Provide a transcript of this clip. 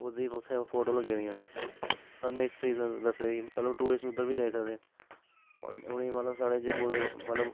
उसदी उत्थै फोटो लग्गी दियां कन्नै हिस्टरीज दस्सी दी मतलब टूरिस्ट उद्धर बी जाई सकदे उ'नेंगी गी मतलब स्हाड़े जम्मू दे मतलब